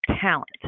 talent